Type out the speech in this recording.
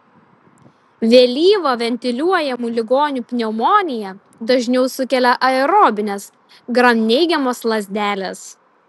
vėlyvą ventiliuojamų ligonių pneumoniją dažniau sukelia aerobinės gramneigiamos lazdelės